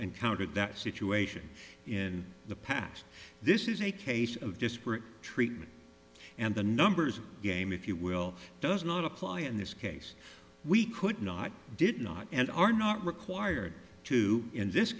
encountered that situation in the past this is a case of disparate treatment and the numbers game if you will does not apply in this case we could not did not and are not required to in this